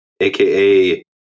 aka